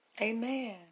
amen